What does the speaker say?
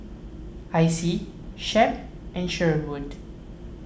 Icey Shep and Sherwood